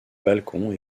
balcons